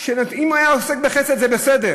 שאם הוא היה עוסק בחסד, זה בסדר,